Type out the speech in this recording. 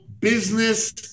Business